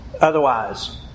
Otherwise